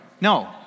No